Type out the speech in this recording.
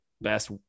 best